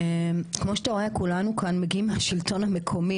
כמו שאתה רואה כולנו כאן מגיעים מהשלטון המקומי